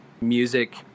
music